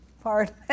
Pardon